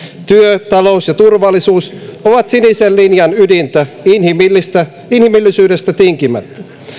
työ talous ja turvallisuus ovat sinisen linjan ydintä inhimillisyydestä inhimillisyydestä tinkimättä